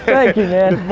thank you, man.